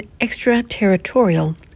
extraterritorial